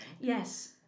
Yes